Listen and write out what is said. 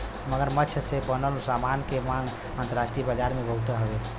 मगरमच्छ से बनल सामान के मांग अंतरराष्ट्रीय बाजार में बहुते हउवे